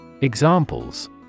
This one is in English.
Examples